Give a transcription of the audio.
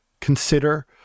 consider